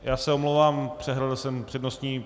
Já se omlouvám, přehlédl jsem přednostní...